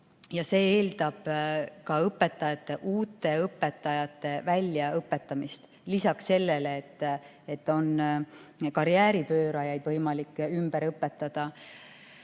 See eeldab ka õpetajate, uute õpetajate väljaõpetamist, lisaks sellele, et karjääripöörajaid on võimalik ümber õpetada.